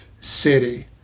city